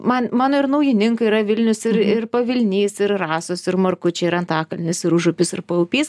man mano ir naujininkai yra vilnius ir ir pavilnys ir rasos ir markučiai ir antakalnis ir užupis ir paupys